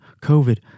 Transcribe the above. COVID